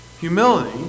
Humility